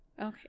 Okay